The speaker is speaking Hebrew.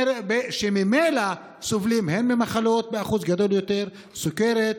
שממילא סובלים ממחלות באחוז גדול יותר: סוכרת,